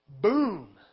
boom